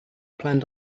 planned